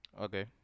Okay